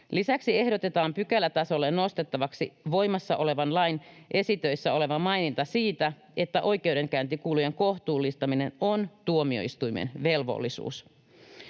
Lisäksi ehdotetaan pykälätasolle nostettavaksi voimassa olevan lain esitöissä oleva maininta siitä, että oikeudenkäyntikulujen kohtuullistaminen on tuomioistuimen velvollisuus.